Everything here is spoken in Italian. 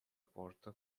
porta